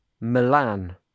Milan